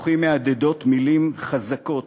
בתוכי מהדהדות מילים חזקות: